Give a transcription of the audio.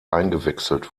eingewechselt